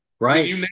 Right